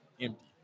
empty